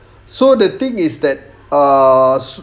so the thing is that err